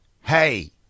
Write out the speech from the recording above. Hey